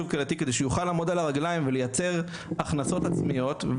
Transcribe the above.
קהילתי כדי שהוא יוכל לעמוד על הרגליים ולייצר הכנסות עצמיות?